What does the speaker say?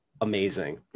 Amazing